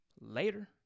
later